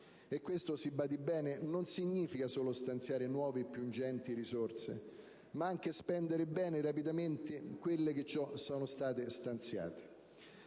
E questo, si badi bene, non significa solo stanziare nuove e più ingenti risorse, ma anche spendere bene e rapidamente quelle che già sono stanziate.